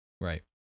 Right